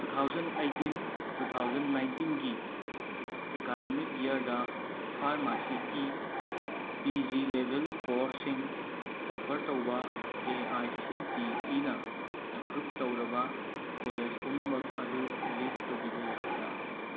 two thousand ꯑꯩꯠꯇꯤꯅ two thousand ꯅꯥꯏꯟꯇꯤꯟꯒꯤ academic ꯏꯌꯔꯗ ꯐꯥꯔꯃꯥꯁꯤꯒꯤ ꯄꯤ ꯖꯤ ꯂꯦꯕꯦꯜ ꯀꯣꯔ꯭ꯁꯁꯤꯡ ꯑꯣꯐꯔ ꯇꯧꯕ ꯑꯦ ꯑꯥꯏ ꯁꯤ ꯇꯤ ꯏꯅ ꯑꯦꯄ꯭ꯔꯨꯞ ꯇꯧꯔꯕ ꯀꯣꯂꯦꯖ ꯄꯨꯝꯅꯃꯛ ꯑꯗꯨ ꯂꯤꯁ ꯇꯧꯕꯤꯕ ꯌꯥꯒꯗ꯭ꯔ